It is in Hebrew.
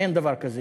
אין דבר כזה.